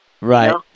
Right